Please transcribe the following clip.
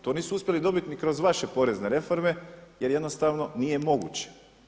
To nisu uspjeli dobiti ni kroz vaše porezne reforme jer jednostavno nije moguće.